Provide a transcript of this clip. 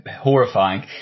horrifying